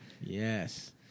Yes